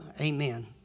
amen